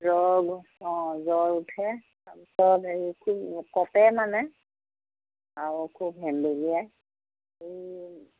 জ্বৰ অঁ জ্বৰ উঠে তাৰপিছত এই খুব কঁপে মানে আৰু খুব হেম্বেলিয়ায়